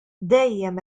dejjem